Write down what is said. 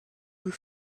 the